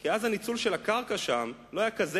כי אז הניצול של הקרקע שם לא היה כזה